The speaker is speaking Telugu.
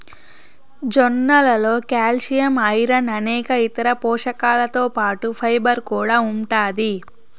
జొన్నలలో కాల్షియం, ఐరన్ అనేక ఇతర పోషకాలతో పాటు ఫైబర్ కూడా ఉంటాది